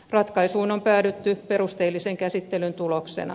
ratkaisuun on päädytty perusteellisen käsittelyn tuloksena